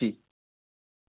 जी